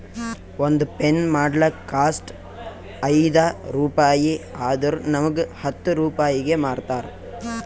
ಒಂದ್ ಪೆನ್ ಮಾಡ್ಲಕ್ ಕಾಸ್ಟ್ ಐಯ್ದ ರುಪಾಯಿ ಆದುರ್ ನಮುಗ್ ಹತ್ತ್ ರೂಪಾಯಿಗಿ ಮಾರ್ತಾರ್